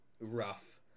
rough